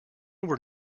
were